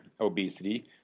obesity